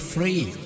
Free